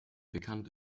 bekannt